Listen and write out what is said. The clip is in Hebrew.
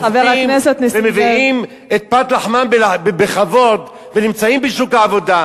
עובדים ומביאים את פת לחמם בכבוד ונמצאים בשוק העבודה,